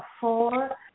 four